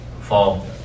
fall